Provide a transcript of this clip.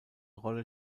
rolle